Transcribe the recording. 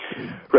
Right